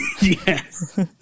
Yes